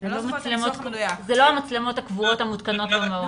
אלה לא המצלמות הקבועות המותקנות במעון.